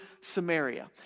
Samaria